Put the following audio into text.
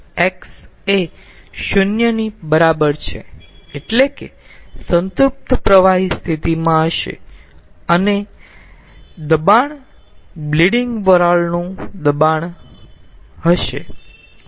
x એ 0 ની બરાબર છે એટલે કે તે સંતૃપ્ત પ્રવાહી સ્થિતિમાં હશે અને દબાણ બ્લીડીંગ વરાળનું દબાણ હશે